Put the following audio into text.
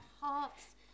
hearts